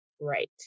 right